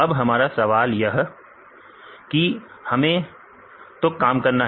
अब हमारा सवाल यह है कि हमें हम तो काम करना है